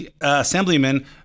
Assemblyman